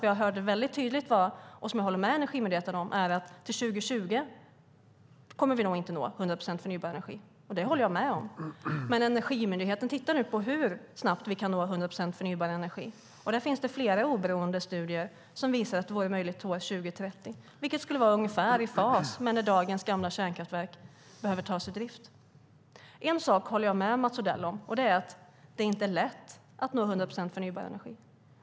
Vad jag hörde väldigt tydligt, vilket jag håller med Energimyndigheten om, var att vi nog inte kommer att nå 100 procent förnybar energi till 2020. Det håller jag alltså med om, men Energimyndigheten tittar nu på hur snabbt vi kan nå 100 procent förnybar energi. Där finns det flera oberoende studier som visar att det vore möjligt till år 2030, vilket skulle vara ungefär i fas med när dagens gamla kärnkraftverk behöver tas ur drift. En sak håller jag med Mats Odell om, och det är att det inte är lätt att nå 100 procent förnybar energi.